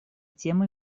темой